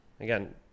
again